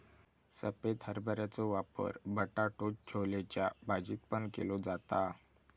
सफेद हरभऱ्याचो वापर बटाटो छोलेच्या भाजीत पण केलो जाता